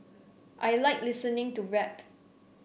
I like listening to rap